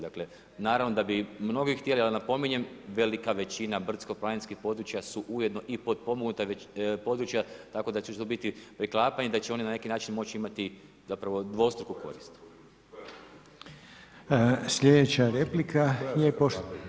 Dakle naravno da bi mnogi htjeli, ali napominjem velika većina brdsko-planinskih područja su ujedno i potpomognuta područja tako da će tu biti preklapanja, da će oni na neki način moći imati zapravo dvostruku korist.